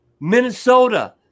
Minnesota